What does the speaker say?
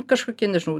kažkokie nežinau